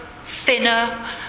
thinner